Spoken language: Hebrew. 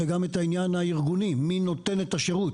וגם את העניין הארגוני, מי נותן את השירות?